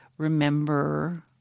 remember